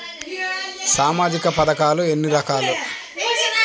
సామాజిక పథకాలు ఎన్ని రకాలు?